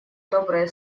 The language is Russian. добрые